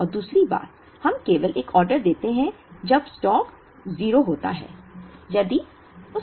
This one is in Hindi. और दूसरी बात हम केवल एक ऑर्डर देते हैं जब स्टॉक 0 होता है